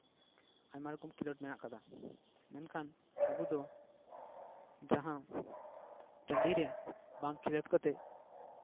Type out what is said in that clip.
ᱟᱭᱢᱟ ᱨᱚᱠᱚᱢ ᱠᱷᱤᱞᱳᱰ ᱢᱮᱱᱟᱜ ᱟᱠᱟᱫᱧᱟ ᱟᱵᱚ ᱫᱚ ᱡᱟᱦᱟᱸ ᱴᱟᱺᱰᱤ ᱨᱮ ᱵᱟᱝ ᱠᱷᱮᱞᱳᱰ ᱠᱟᱛᱮᱜ